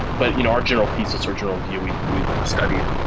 but you know our general thesis, our general view, we've we've studied